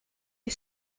you